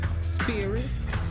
Spirits